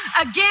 Again